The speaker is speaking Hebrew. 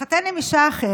הוא התחתן עם אישה אחרת,